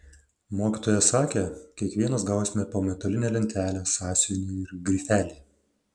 mokytoja sakė kiekvienas gausime po metalinę lentelę sąsiuvinį ir grifelį